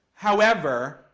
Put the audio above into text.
however,